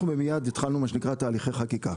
אנחנו מיד התחלנו מה שנקרא תהליכי חקיקה.